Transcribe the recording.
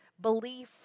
Belief